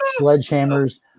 sledgehammers